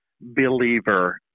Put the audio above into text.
believer